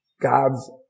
God's